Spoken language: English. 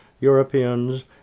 Europeans